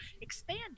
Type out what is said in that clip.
expand